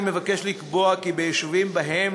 אני מבקש לקבוע כי ביישובים שבהם,